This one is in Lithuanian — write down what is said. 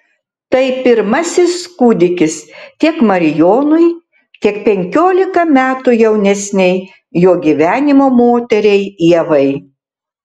tai pirmasis kūdikis tiek marijonui tiek penkiolika metų jaunesnei jo gyvenimo moteriai ievai